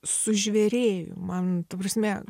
sužvėrėju man ta prasme